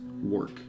work